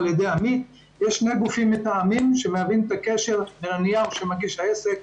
שמהווים את הקשר לנייר שמגיש העסק.